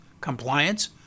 compliance